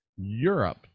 europe